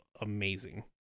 amazing